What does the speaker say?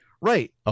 Right